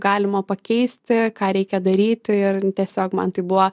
galima pakeisti ką reikia daryti ir tiesiog man tai buvo